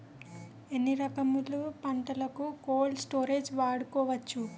ఎన్ని రకములు పంటలకు కోల్డ్ స్టోరేజ్ వాడుకోవచ్చు?